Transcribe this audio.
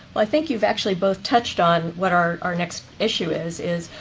i think you've actually both touched on what our next issue is is,